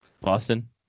Boston